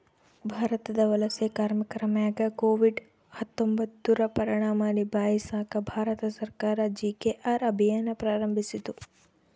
ಭಾರತದ ವಲಸೆ ಕಾರ್ಮಿಕರ ಮ್ಯಾಗ ಕೋವಿಡ್ ಹತ್ತೊಂಬತ್ತುರ ಪರಿಣಾಮ ನಿಭಾಯಿಸಾಕ ಭಾರತ ಸರ್ಕಾರ ಜಿ.ಕೆ.ಆರ್ ಅಭಿಯಾನ್ ಪ್ರಾರಂಭಿಸಿತು